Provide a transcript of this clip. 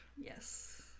Yes